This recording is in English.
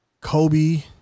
Kobe